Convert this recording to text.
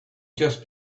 just